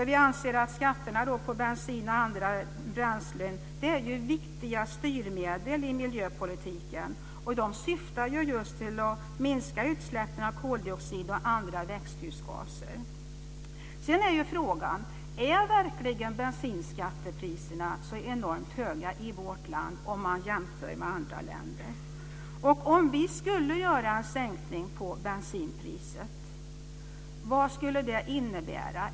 Vi anser att skatterna på bensin och andra bränslen utgör viktiga styrmedel i miljöpolitiken. Syftet är just att minska utsläppen av koldioxid och andra växthusgaser. Sedan är frågan om bensinskatterna verkligen är så enormt höga i vårt land jämfört med hur det är i andra länder. Vad skulle en sänkning innebära?